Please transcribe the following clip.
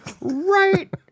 right